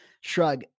shrug